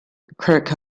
kurt